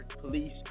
police